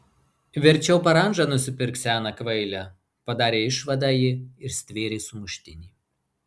verčiau parandžą nusipirk sena kvaile padarė išvadą ji ir stvėrė sumuštinį